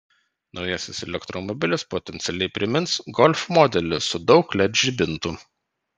naujasis elektromobilis potencialiai primins golf modelį su daug led žibintų